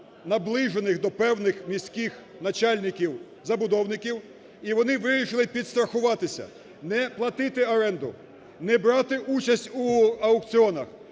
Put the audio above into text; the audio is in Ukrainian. наближених до певних міських начальників забудовників, і вони вирішили підстрахуватися, не платити оренду, не брати участь у аукціонах,